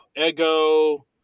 Ego